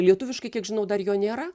lietuviškai kiek žinau dar jo nėra